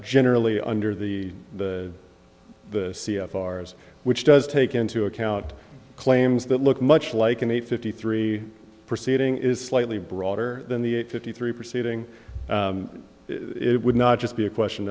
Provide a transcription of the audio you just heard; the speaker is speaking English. generally under the the c f r s which does take into account claims that look much like an eight fifty three proceeding is slightly broader than the eight fifty three proceeding it would not just be a question